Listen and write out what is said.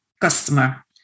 customer